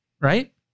right